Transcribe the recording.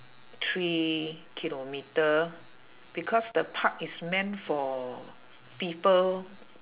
three kilometre because the park is meant for people